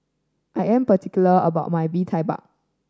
I am particular about my Bee Tai Mak